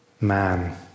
man